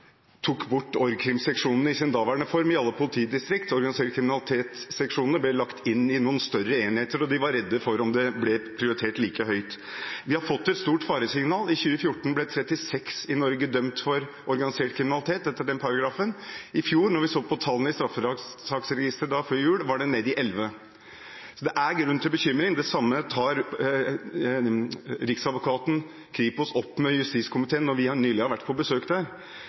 bort org.krim-seksjonene i sin daværende form i alle politidistriktene. Organisert kriminalitet-seksjonene ble lagt inn i større enheter, og de var redde for om det ville bli prioritert like høyt. Vi har fått et stort faresignal: I 2014 ble 36 i Norge dømt for organisert kriminalitet etter den paragrafen. Da vi så på tallene i straffesaksregisteret før jul i fjor, var de nede i 11. Så det er grunn til bekymring. Det tok også Riksadvokaten og Kripos opp med justiskomiteen da vi nylig var på besøk der.